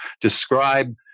Describe